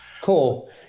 cool